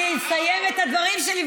אני אסיים את הדברים שלי,